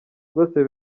rwose